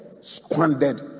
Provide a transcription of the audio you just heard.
squandered